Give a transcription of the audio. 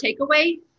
takeaway